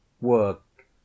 work